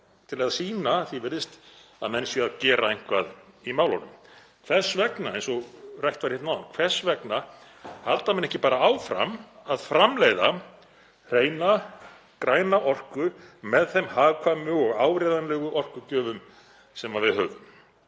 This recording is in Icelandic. til að sýna, að því er virðist, að menn séu að gera eitthvað í málunum. Hvers vegna, eins og rætt var hérna áðan, halda menn ekki bara áfram að framleiða hreina græna orku með þeim hagkvæmu og áreiðanlegu orkugjöfum sem við höfum?